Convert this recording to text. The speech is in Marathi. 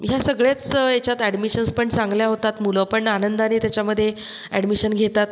ह्या सगळ्याच याच्यात अॅडमिशन्स पण चांगल्या होतात मुलं पण आनंदाने त्याच्यामध्ये अॅडमिशन घेतात